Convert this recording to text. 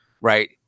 right